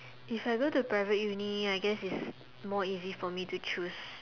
if I go to private uni I guess it's more easy for me to choose